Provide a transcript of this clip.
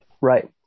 Right